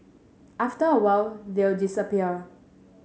after a while they'll disappear